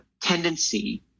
tendency